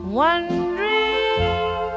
wondering